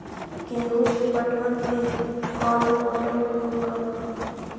गेंहू के पटवन में कौन मोटर उपयोग करवय?